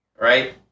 Right